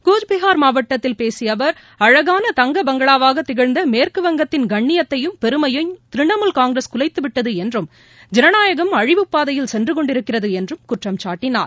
கூச்பிஹார் மாவட்டத்தில் பேசிய அவர் அழகான தங்க பங்களாவாக திகழ்ந்த மேற்குவங்கத்தின் கண்ணியத்தையும் பெருமையையும் திரிணாமுல் காங்கிரஸ் குலைத்துவிட்டது என்றும் ஜனநாயகம் அழிவு பாதையில் சென்று கொண்டிருக்கிறது என்றும் குற்றம் சாட்டினார்